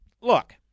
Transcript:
look